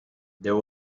there